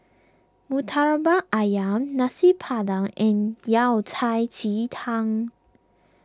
Murtabak Ayam Nasi Padang and Yao Cai Ji Tang